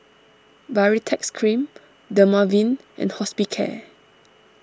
Baritex Cream Dermaveen and Hospicare